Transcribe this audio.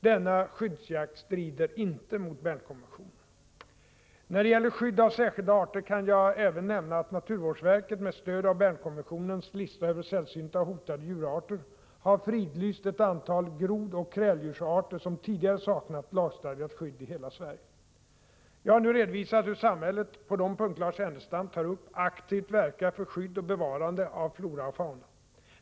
Denna skyddsjakt strider inte mot Er Olade värE: Bernkonventionen. och djurarter När det gäller skydd av särskilda arter kan jag även nämna att naturvårdsverket med stöd av Bernkonventionens lista över sällsynta och hotade djurarter har fridlyst ett antal grodoch kräldjursarter, som tidigare saknat lagstadgat skydd i hela Sverige. Jag har nu redovisat hur samhället på de punkter Lars Ernestam tar upp aktivt verkar för skydd och bevarande av flora och fauna.